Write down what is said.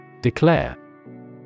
Declare